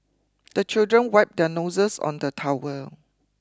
the children wipe their noses on the towel